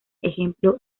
ejemplo